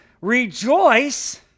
Rejoice